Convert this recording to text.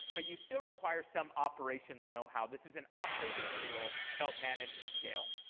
but you still require some operations know-how. this is an operator's tool to help manage and scale.